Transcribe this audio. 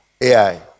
AI